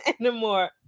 anymore